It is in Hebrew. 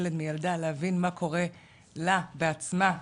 ילד וילדה להבין מה קורה לה בעצמה,